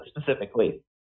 specifically